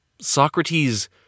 Socrates